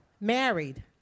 married